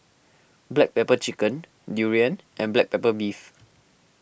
Black Pepper Chicken Durian and Black Pepper Beef